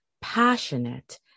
passionate